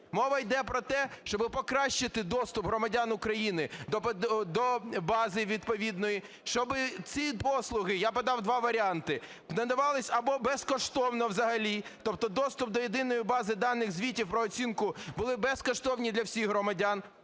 Мова йде про те, щоби покращити доступ громадян України до бази відповідної, щоби ці послуги, я подав 2 варіанти, надавалися або безкоштовно взагалі, тобто доступ до Єдиної бази даних звітів про оцінку був безкоштовним для всіх громадян, або